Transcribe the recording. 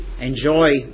enjoy